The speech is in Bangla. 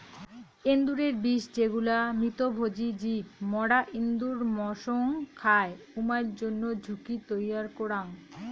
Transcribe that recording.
এন্দুরের বিষ যেগুলা মৃতভোজী জীব মরা এন্দুর মসং খায়, উমার জইন্যে ঝুঁকি তৈয়ার করাং